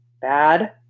Bad